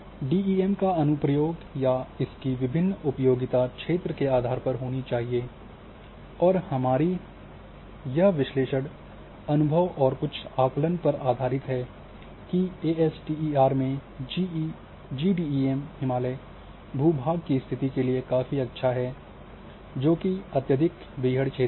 DEM का अनु प्रयोग या इसकी विभिन्न उपयोगिता क्षेत्र के आधार पर होनी चाहिए और हमारा यह विश्लेषण अनुभव और कुछ आकलन पर आधारित है कि एएसटीईआर में जी डीईएम हिमालय भू भाग की स्थिति के लिए काफी अच्छा है जोकि अत्यधिक बीहड़ है